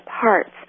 parts